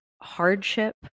hardship